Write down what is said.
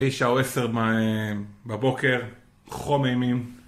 9 או 10 בבוקר, חום אימים.